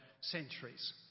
centuries